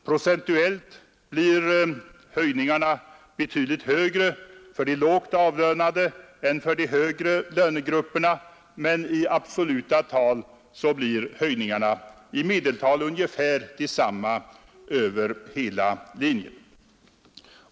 Procentuellt blir höjningarna betydligt högre för de lågt avlönade än för de högre lönegrupperna. Men i absoluta tal blir höjningarna i genomsnitt ungefär desamma över hela linjen.